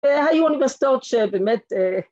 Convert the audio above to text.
‫היו אוניברסיטאות שבאמת אה..